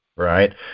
Right